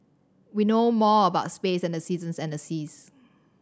we know more about space than the seasons and the seas